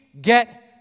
get